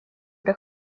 det